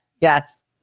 Yes